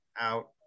out